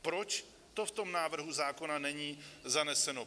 Proč to v tom návrhu zákona není zaneseno?